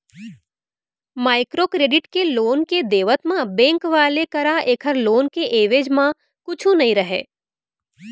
micro credit के loan के देवत म बेंक वाले करा ऐखर लोन के एवेज म कुछु नइ रहय